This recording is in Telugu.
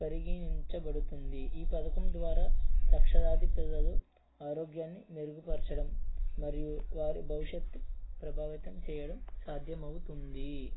పరిగణించబడుతుంది ఈ పథకం ద్వారా లక్షలాది పిల్లలు ఆరోగ్యాన్ని మెరుగుపరచడం మరియు వారి భవిష్యత్తు ప్రభావితం చేయడం సాధ్యమవుతుంది